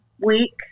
week